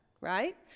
right